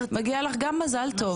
מגיע לך גם מזל טוב.